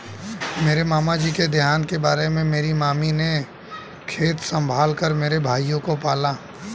मेरे मामा जी के देहांत के बाद मेरी मामी ने खेत संभाल कर मेरे भाइयों को पाला